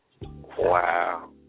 Wow